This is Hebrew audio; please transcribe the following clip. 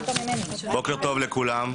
בוקר טוב לכולם.